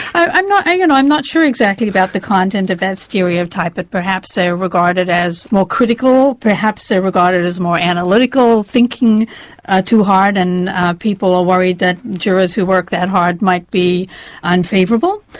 i'm not you know i'm not sure exactly about the content of that stereotype, but perhaps they're regarded as more critical, perhaps they're regarded as more analytical, thinking too hard, and people are worried that jurors who work that hard might be unfavourable.